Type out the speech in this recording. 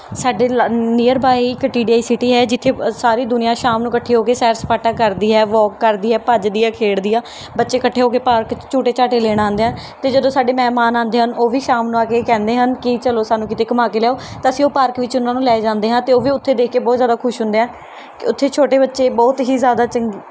ਸਾਡੇ ਲਾ ਨੀਅਰਬਾਏ ਇੱਕ ਟੀ ਡੀ ਆਈ ਸਿਟੀ ਹੈ ਜਿੱਥੇ ਸਾਰੀ ਦੁਨੀਆ ਸ਼ਾਮ ਨੂੰ ਇਕੱਠੀ ਹੋ ਕੇ ਸੈਰ ਸਪਾਟਾ ਕਰਦੀ ਹੈ ਵੋਕ ਕਰਦੀ ਹੈ ਭੱਜਦੀ ਹੈ ਖੇਡਦੀ ਆ ਬੱਚੇ ਇਕੱਠੇ ਹੋ ਕੇ ਪਾਰਕ 'ਚ ਝੂਟੇ ਝਾਟੇ ਲੈਣ ਆਉਂਦੇ ਆ ਅਤੇ ਜਦੋਂ ਸਾਡੇ ਮਹਿਮਾਨ ਆਉਂਦੇ ਹਨ ਉਹ ਵੀ ਸ਼ਾਮ ਨੂੰ ਆ ਕੇ ਕਹਿੰਦੇ ਹਨ ਕਿ ਚਲੋ ਸਾਨੂੰ ਕਿਤੇ ਘੁੰਮਾ ਕੇ ਲਿਆਓ ਤਾਂ ਅਸੀਂ ਉਹ ਪਾਰਕ ਵਿੱਚ ਉਹਨਾਂ ਨੂੰ ਲੈ ਜਾਂਦੇ ਹਾਂ ਅਤੇ ਉਹ ਵੀ ਉੱਥੇ ਦੇਖ ਕੇ ਬਹੁਤ ਜ਼ਿਆਦਾ ਖੁਸ਼ ਹੁੰਦੇ ਆ ਉੱਥੇ ਛੋਟੇ ਬੱਚੇ ਬਹੁਤ ਹੀ ਜ਼ਿਆਦਾ ਚੰਗ